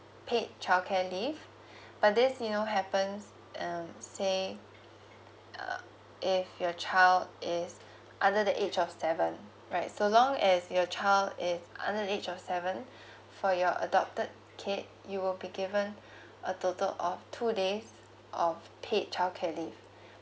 paid childcare leave but this you know happens um say uh if your child is under the age of seven right so long as your child is under the age of seven for your adopted kid you will be given a total of two days of paid childcare leave